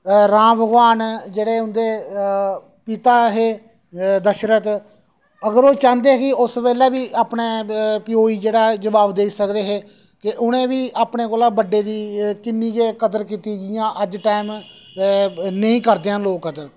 राम भगोआन जेह्ड़े उं'दे पिता हे दशरथ अगर ओह् चांह्दे कि उस बेल्लै बी अपने प्यो गी जेह्ड़ा जवाब देई सकदे हे कि उ'नें बी अपने कोला बड्डे दी किन्नी गै कदर कीती जि'यां अज्ज टैम नेईं करदे ऐन लोग कदर